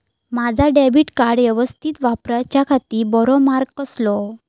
माजा debit card यवस्तीत वापराच्याखाती बरो मार्ग कसलो?